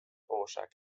oarsaak